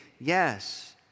Yes